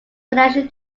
financial